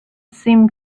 seemed